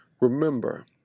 Remember